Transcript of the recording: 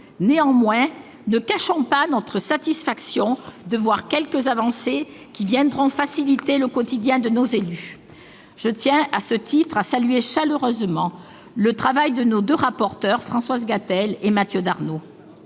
Néanmoins, ne cachons pas la satisfaction que nous inspirent quelques avancées qui viendront faciliter le quotidien de nos élus. Je tiens, à ce titre, à saluer chaleureusement le travail de nos rapporteurs, Françoise Gatel et Mathieu Darnaud.